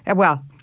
and well,